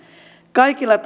kaikilla